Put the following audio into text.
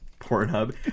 Pornhub